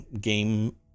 game